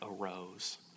arose